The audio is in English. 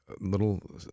little